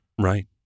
Right